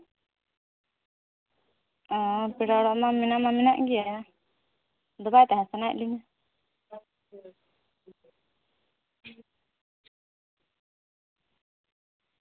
ᱟᱨ ᱯᱮᱲᱟ ᱚᱲᱟᱜ ᱢᱟ ᱢᱮᱱᱟᱜ ᱢᱟ ᱢᱮᱱᱟᱜ ᱜᱮ ᱚᱸᱰᱮ ᱵᱟᱭ ᱛᱟᱦᱮᱸ ᱥᱟᱱᱟᱭᱮᱫ ᱞᱤᱧᱟᱹ